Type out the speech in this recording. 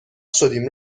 شدیم